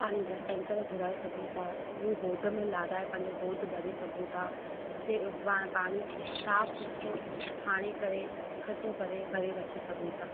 पाणीअ जा टैंकर घुराए सघूं था हू होद में लाराइ पंहिंजो होद भरे सघूं था से वा पाणी साफ़ु सुथिरो छाणे करे इकिठो करे भरे रखी सघूं था